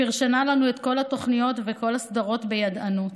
פרשנה לנו את כל התוכניות ואת כל הסדרות בידענות,